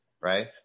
right